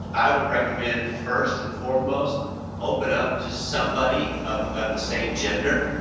i would recommend first and foremost open up to somebody of of the same gender,